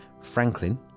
Franklin